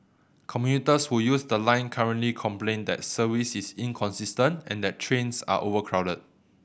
commuters who use the line currently complain that service is inconsistent and that trains are overcrowded